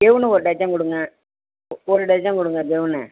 gown ஒரு dozen கொடுங்க ஒரு டஜன் கொடுங்க கெவுனு